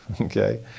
Okay